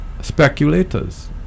Speculators